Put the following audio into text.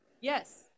Yes